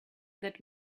that